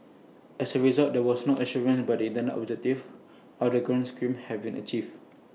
as A result there was no assurance but intended objectives of the grant schemes had been achieved